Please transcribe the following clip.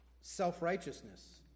self-righteousness